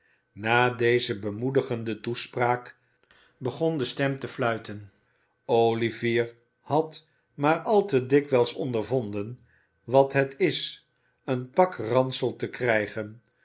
na deze bemoedigende toespraak begon de stem te fluiten olivier had maar al te dikwijls ondervonden wat het is een pak ransel te krijgen